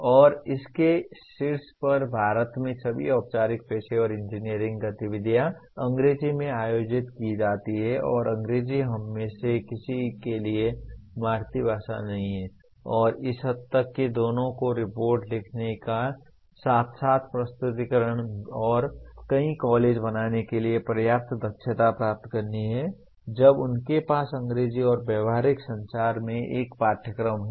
और इसके शीर्ष पर भारत में सभी औपचारिक पेशेवर इंजीनियरिंग गतिविधियाँ अंग्रेजी में आयोजित की जाती हैं और अंग्रेजी हममें से किसी एक के लिए मातृभाषा नहीं है और इस हद तक कि दोनों को रिपोर्ट लिखने के साथ साथ प्रस्तुतिकरण और कई कॉलेज बनाने के लिए पर्याप्त दक्षता प्राप्त करनी है अब उनके पास अंग्रेजी और व्यावसायिक संचार में एक पाठ्यक्रम है